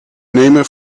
nemen